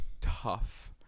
tough